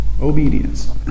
obedience